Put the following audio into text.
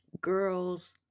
girls